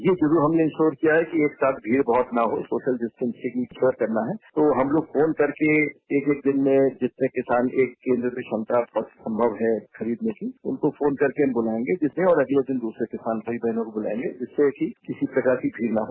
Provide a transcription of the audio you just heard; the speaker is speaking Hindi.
यह जरूर हमने इंश्योर किया है कि एक साथ भीड़ न हो सोशल डिस्टेंगिंग श्योर करना है तो हम लोग फोन करके एक एक दिन में जिसमें किसान एक केन्द्र की क्षमता संभव है खरीदने की उनको फोन करके बुलायेंगे और अगले दिन दूसरे किसान भाई बहनों को बुलायेंगे जिससे कि किसी प्रकार की भीड़ न हो